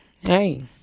Hey